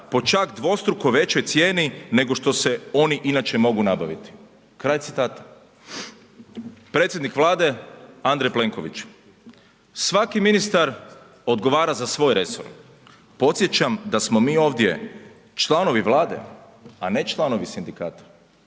po čak dvostruko većoj cijeni nego što se oni inače mogu nabaviti.“ Predsjednik Vlade Andrej Plenković: „Svaki ministar odgovara za resor. Podsjećam da smo mi ovdje članovi Vlade a ne članovi sindikata.“